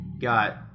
got